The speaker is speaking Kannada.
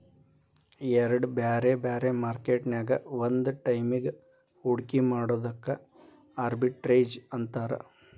ಎರಡ್ ಬ್ಯಾರೆ ಬ್ಯಾರೆ ಮಾರ್ಕೆಟ್ ನ್ಯಾಗ್ ಒಂದ ಟೈಮಿಗ್ ಹೂಡ್ಕಿ ಮಾಡೊದಕ್ಕ ಆರ್ಬಿಟ್ರೇಜ್ ಅಂತಾರ